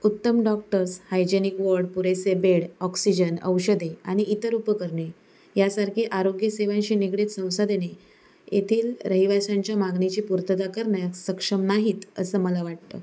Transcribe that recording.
उत्तम doctors hygienic ward पुरेसे bed oxygen औषधे आणि इतर उपकरणे यासारखे आरोग्यसेवांशी निगडित संसाधने येथील रहिवाशांच्या मागणीची पूर्तता करण्यास सक्षम नाहीत असं मला वाटतं